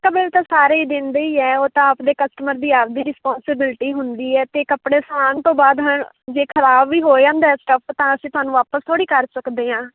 ਪੱਕਾ ਬਿੱਲ ਤਾਂ ਸਾਰੇ ਦਿਨ ਦੇ ਹੀ ਹੈ ਉਹ ਤਾਂ ਆਪਦੇ ਕਸਟਮਰ ਦੀ ਆਪਦੀ ਰਿਸਪਾਂਸੀਬਿਲਿਟੀ ਹੁੰਦੀ ਹੈ ਅਤੇ ਕੱਪੜੇ ਸਵਾਉਣ ਤੋਂ ਬਾਅਦ ਹੁਣ ਜੇ ਖਰਾਬ ਵੀ ਹੋ ਜਾਣ ਬੇਸ਼ੱਕ ਤਾਂ ਅਸੀਂ ਤੁਹਾਨੂੰ ਵਾਪਸ ਥੋੜ੍ਹੀ ਕਰ ਸਕਦੇ ਹਾਂ